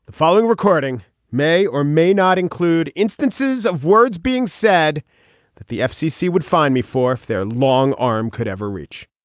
following recording may or may not include instances of words being said that the fcc would find me for if their long arm could ever reach